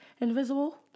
Invisible